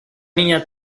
niña